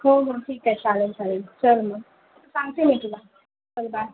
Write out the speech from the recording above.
हो हो ठीक आहे चालेल चालेल चल मग सांगते मी तुला चल बाय